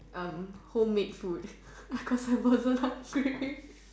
um home made food because I wasn't hungry